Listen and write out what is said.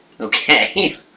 Okay